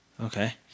okay